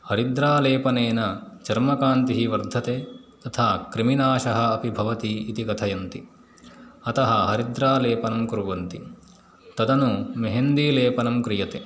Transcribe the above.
हरिद्रालेपनेन चर्मकान्तिः वर्धते तथा क्रिमिनाशः भवति इति कथयन्ति अतः हरिद्रालेपनं कुर्वन्ति तदनु मेहन्दिलेपनं क्रियते